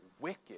wicked